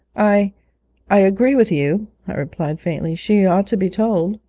i i agree with you i replied faintly she ought to be told